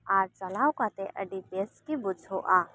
ᱟᱨ ᱪᱟᱞᱟᱣ ᱠᱟᱛᱮ ᱟᱹᱰᱤ ᱵᱮᱥ ᱜᱮ ᱵᱩᱡᱷᱟᱹᱜᱼᱟ